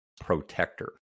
protector